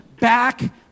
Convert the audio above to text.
back